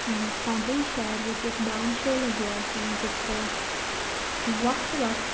ਕਿ ਸਾਡੇ ਸ਼ਹਿਰ ਵਿੱਚ ਇੱਕ ਡਾਂਸ ਸ਼ੋ ਲੱਗਿਆ ਸੀ ਜਿੱਥੇ ਵੱਖ ਵੱਖ